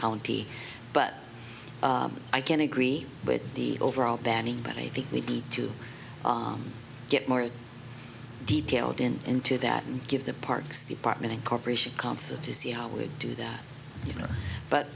county but i can agree with the overall banning but i think we need to get more detailed in into that and give the parks department a corporation concert to see how we do that but